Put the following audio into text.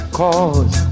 cause